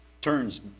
turns